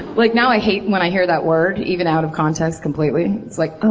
like now i hate when i hear that word. even out of context, completely. like oh,